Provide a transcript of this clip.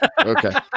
Okay